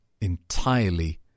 entirely